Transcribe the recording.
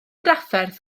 drafferth